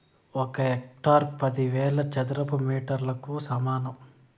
ఒక హెక్టారు పదివేల చదరపు మీటర్లకు సమానం